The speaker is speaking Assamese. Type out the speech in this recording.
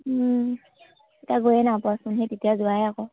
এতিয়া গৈয়ে নাই পোৱাচোন সেই তেতিয়া যোৱাই আকৌ